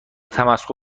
تمسخر